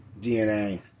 DNA